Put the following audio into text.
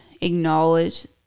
acknowledge